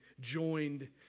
joined